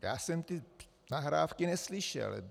Já jsem ty nahrávky neslyšel.